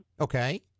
Okay